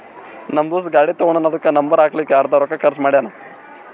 ನಮ್ ದೋಸ್ತ ಗಾಡಿ ತಗೊಂಡಾನ್ ಅದುಕ್ಕ ನಂಬರ್ ಹಾಕ್ಲಕ್ಕೆ ಅರ್ದಾ ರೊಕ್ಕಾ ಖರ್ಚ್ ಮಾಡ್ಯಾನ್